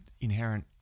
inherent